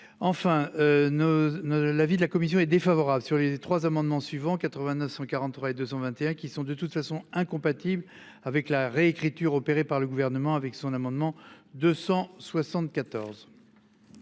ne ne l'avis de la commission est défavorable sur les trois amendements suivants 89 143 et 221 qui sont de toute façon incompatible avec la réécriture opérée par le gouvernement avec son amendement 274.